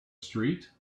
street